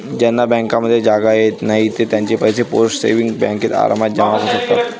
ज्यांना बँकांमध्ये जाता येत नाही ते त्यांचे पैसे पोस्ट सेविंग्स बँकेत आरामात जमा करू शकतात